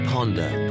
Ponder